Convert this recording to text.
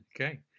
Okay